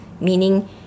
meaning